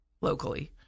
locally